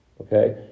Okay